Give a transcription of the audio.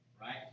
Right